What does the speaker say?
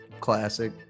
Classic